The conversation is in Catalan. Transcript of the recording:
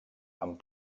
amb